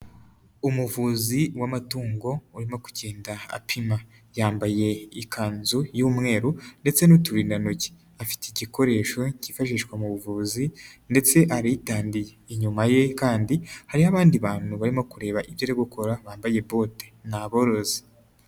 Umuvuzi w'amatungo urimo kugenda apima, yambaye ikanzu y'umweru ndetse n'uturindantoki. Afite igikoresho cyifashishwa mu buvuzi, ndetse aritandiye. Inyuma ye kandi hariho abandi bantu barimo kureba ibyo arimo gukora bambaye bote, ni aborozi.